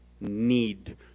need